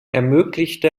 ermöglichte